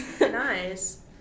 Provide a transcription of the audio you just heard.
Nice